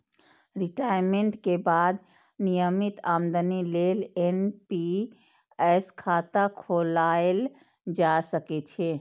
retirement के बाद नियमित आमदनी लेल एन.पी.एस खाता खोलाएल जा सकै छै